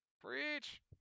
Preach